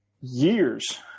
years